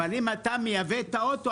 אבל אם אתה מייבא את האוטו,